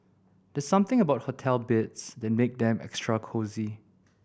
there's something about hotel beds that make them extra cosy